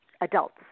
adults